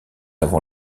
avant